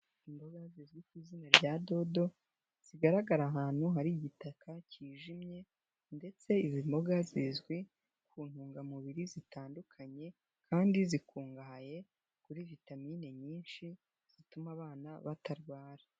Imboga zizwi ku izina rya dodo, zigaragara ahantu hari igitaka kijimye, ndetse izi mboga zizwi ku ntungamubiri zitandukanye, kandi zikungahaye kuri vitamine nyinshi zituma abana batarwara.